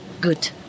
Good